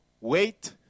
wait